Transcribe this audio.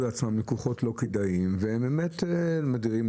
לעצמם לקוחות לא כדאיים והם מדירים אותם,